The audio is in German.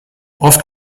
oft